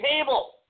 table